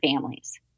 families